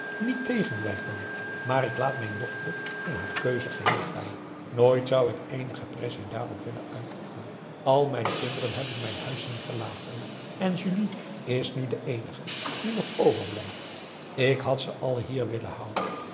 niet tegenwerken maar ik laat mijn dochter in haar keuze geheel vrij nooit zou ik eenige pressie daarop willen uitoefenen al mijn p a daum hoe hij raad van indië werd onder ps maurits kinderen heb ik mijn huis zien verlaten en julie is nu de eenige die ons nog overblijft ik had ze allen hier willen houden